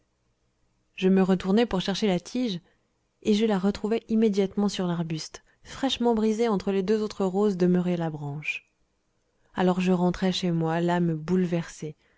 je me retournai pour chercher la tige et je la retrouvai immédiatement sur l'arbuste fraîchement brisée entre les deux autres roses demeurées à la branche alors je rentrai chez moi l'âme bouleversée